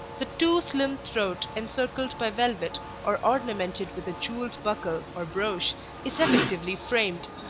the too slim throat encircled by velvet or ornamented with a jewelled buckle or brooch is effectively framed.